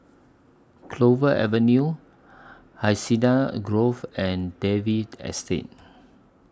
Clover Avenue Hacienda Grove and David Estate